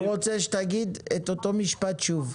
אני רוצה שתגיד את אותו המשפט שוב,